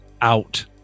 out